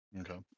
Okay